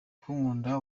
kunkunda